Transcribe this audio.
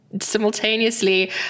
simultaneously